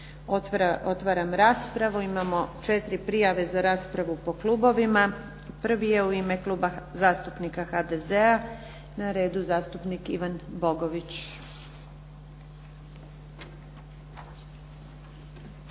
Otvaram raspravu. Imamo 4 prijave za raspravu po klubovima. Prvi je u ime Kluba zastupnika HDZ-a na redu zastupnik Ivan Bogović.